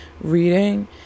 reading